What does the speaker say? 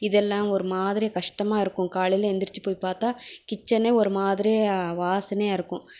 இதெல்லாம் ஒரு மாதிரியாக கஸ்டமாக இருக்கும் காலையில் எந்திருச்சு போய் பார்த்தா கிட்சனே ஒரு மாதிரியாக வாசனையாக இருக்கும்